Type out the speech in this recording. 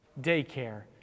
daycare